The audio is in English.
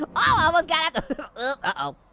um ah almost got up the ah oh.